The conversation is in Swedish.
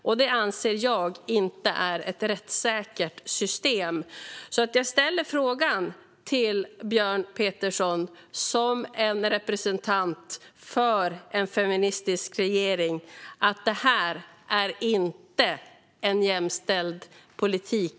Det anser jag inte är ett rättssäkert system. Jag ställde därför frågan till Björn Petersson, som är en representant för en feministisk regering. Det vi ser just nu är inte jämställd politik.